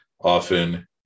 often